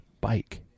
bike